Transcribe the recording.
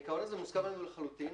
העיקרון הזה מוסכם עלינו לחלוטין,